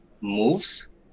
moves